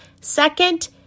Second